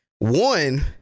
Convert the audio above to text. One